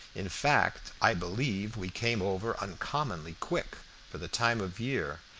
in fact i believe we came over uncommonly quick for the time of year.